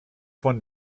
von